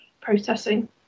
processing